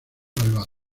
malvado